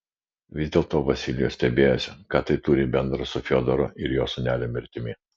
vis dėlto vasilijus stebėjosi ką tai turi bendra su fiodoru ir jo sūnelio mirtimi